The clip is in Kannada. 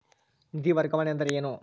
ನಿಧಿ ವರ್ಗಾವಣೆ ಅಂದರೆ ಏನು?